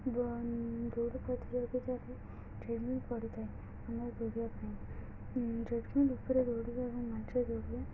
ଦୌଡ଼ ପ୍ରତିଯୋଗିତାରେ ଟ୍ରେଡମିଲ ପଡ଼ିଥାଏ ଆମର ଦୌଡ଼ିବା ପାଇଁ ଟ୍ରେଡମିଲ ଉପରେ ଦୌଡ଼ିବା ଏବଂ ମାଟିରେ ଦୌଡ଼ିବା